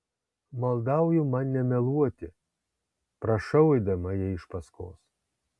maldauju man nemeluoti prašau eidama jai iš paskos